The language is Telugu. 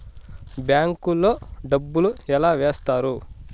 బ్యాంకు లో డబ్బులు ఎలా వేస్తారు